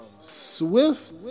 Swift